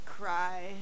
cry